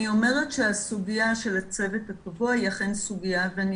אני אומרת שהסוגיה של הצוות הקבוע היא אכן סוגיה ואני